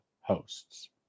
hosts